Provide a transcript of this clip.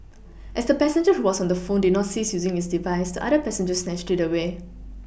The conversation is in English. as the passenger who was on the phone did not cease using his device the other passenger snatched it away